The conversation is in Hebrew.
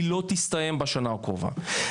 היא לא תסתיים בשנה הקרובה.